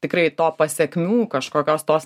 tikrai to pasekmių kažkokios tos